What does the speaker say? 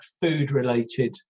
food-related